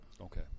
Okay